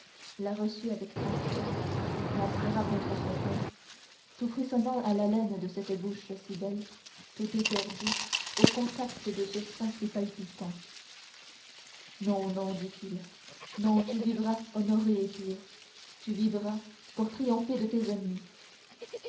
la reçut avec transport la serra contre son coeur tout frissonnant à l'haleine de cette bouche si belle tout éperdu au contact de ce sein si palpitant non non dit-il non tu vivras honorée et pure tu vivras pour triompher de tes ennemis